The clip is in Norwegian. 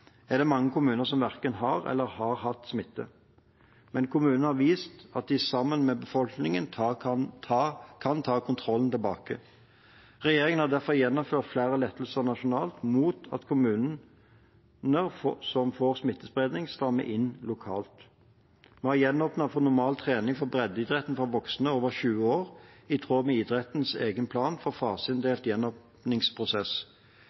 er det mange kommuner som verken har eller har hatt smitte. Men kommunene har vist at de sammen med befolkningen kan ta kontrollen tilbake. Regjeringen har derfor gjennomført flere lettelser nasjonalt – mot at kommuner som får smittespredning, strammer inn lokalt: Vi har gjenåpnet for normal trening for breddeidrett for voksne over 20 år i tråd med idrettens egen plan for